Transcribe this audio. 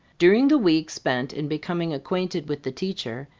during the week spent in becoming acquainted with the teacher,